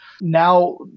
Now